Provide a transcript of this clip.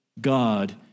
God